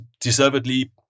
deservedly